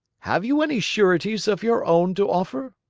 have you any sureties of your own to offer?